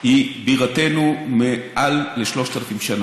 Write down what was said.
היא בירתנו מעל ל-3,000 שנה.